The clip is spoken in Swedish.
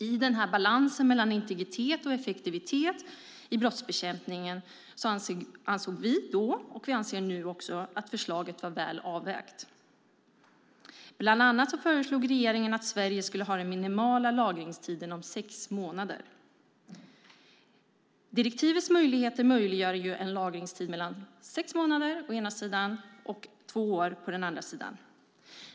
I balansen mellan integritet och effektivitet i brottsbekämpningen ansåg vi då - och vi anser nu också - att förslaget var väl avvägt. Bland annat föreslog regeringen att Sverige skulle ha den minimala lagringstiden om sex månader. Direktivet ger möjlighet till en lagringstid mellan sex månader och två år.